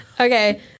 Okay